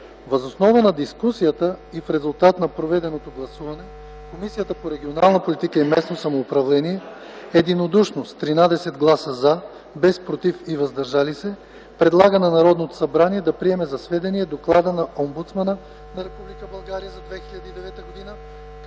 Въз основа на дискусията и в резултат на проведеното гласуване, Комисията по регионална политика и местно самоуправление единодушно – с 13 гласа „за”, без „против” и „въздържали се”, предлага на Народното събрание да приеме за сведение Доклада на омбудсмана на Република